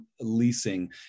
leasing